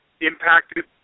impacted